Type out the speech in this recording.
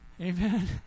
Amen